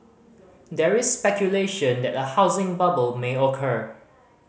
there is speculation that a housing bubble may occur